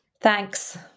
Thanks